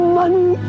money